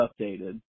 updated